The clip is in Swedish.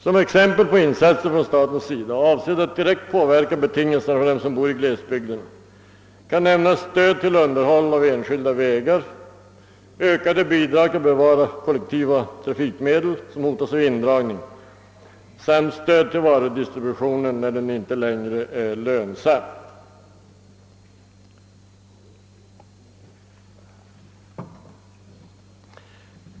Som exempel på insatser från statens sida, avsedda att direkt påverka betingelserna för dem som bor i glesbygderna, kan nämnas stöd till underhåll av enskilda vägar, ökade bidrag till att bevara kollektiva trafikmedel som hotas av indragning samt stöd till varudistributionen, när denna inte längre är lönsam.